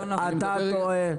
אתה טועה.